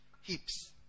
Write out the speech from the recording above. heaps